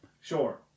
Sure